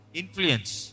influence